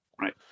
Right